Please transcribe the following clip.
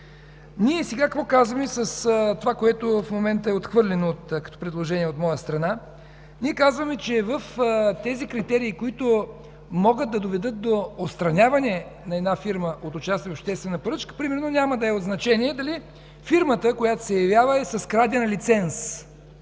сектор. Какво казваме с това, което в момента е отхвърлено като предложение от моя страна? Казваме, че в тези критерии, които могат да доведат до отстраняване на фирма от участие в обществена поръчка, примерно няма да е от значение дали фирмата, която се явява, е с краден лиценз,